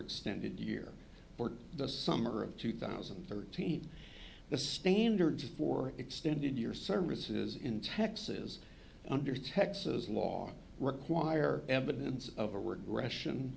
extended year for the summer of two thousand and thirteen the standards for extended your services in texas under texas law require evidence of a regression